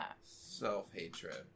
self-hatred